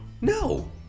No